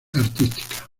artística